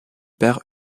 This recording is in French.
père